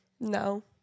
No